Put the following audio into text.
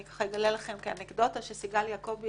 אני אגלה לכם כאנקדוטה שסיגל יעקובי